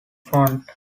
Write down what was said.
front